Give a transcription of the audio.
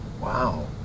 Wow